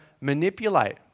manipulate